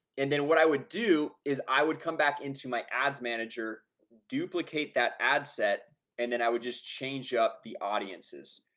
and then what i would do is i would come back into my ads manager duplicate that ad set and then i would just change up the audiences